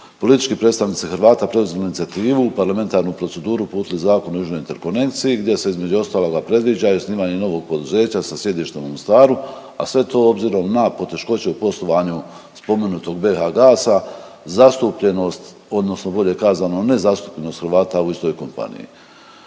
politički predstavnici Hrvata preuzeli inicijativu parlamentarnu proceduru uputili zakon o južnoj interkonenciji gdje se između ostaloga predviđa i osnivanje novog poduzeća sa sjedištem u Mostaru, a sve to obzirom na poteškoće u poslovanju spomenutog BH-GAS-a, zastupljenost odnosno bolje kazano nezastupljenost Hrvata u istoj kompaniji.